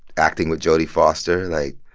acting with jodie foster, like.